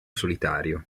solitario